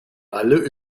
alle